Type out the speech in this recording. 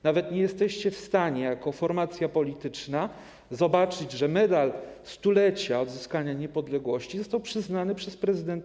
Nawet nie jesteście w stanie jako formacja polityczna zobaczyć, że Medal Stulecia Odzyskanej Niepodległości został przyznany przez prezydenta